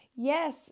Yes